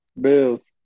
Bills